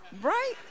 right